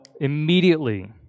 immediately